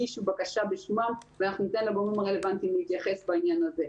שאנחנו עוד לא פרסמנו אותו להערות הציבור.